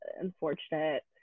unfortunate